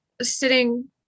sitting